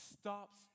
stops